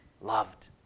loved